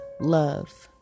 love